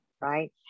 right